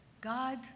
God